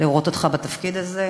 לראות אותך בתפקיד הזה,